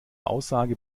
aussage